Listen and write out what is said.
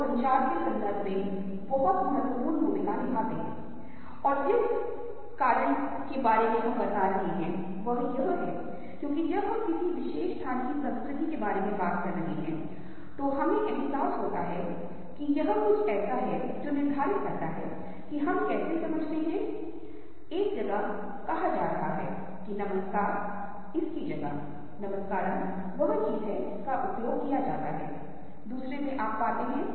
और खुशी के रंग पीले हरे और नीले रंग से संबंधित हैं सफेद हल्के रंगों से फैले हुए हैं क्रोध का रंग लाल पीला और काला है और इसकी तुलना हम शुरुआत में सही तस्वीर के साथ करते हैं जहां हमने बात करने की बात कही है यहाँ हम क्रोध के बारे में बात करते हैं और यहाँ हम उस चीज़ के बारे में बात करते हैं जो बहुत परेशान करती है तो हम यहाँ पाते हैं कि रंग एक विशिष्ट तरीके से व्यवहार करते हैं इस तथ्य के बावजूद कि वे विभिन्न संस्कृतियों यूरोपीय संस्कृति और भारतीय संस्कृति से भी संबंधित हो सकते हैं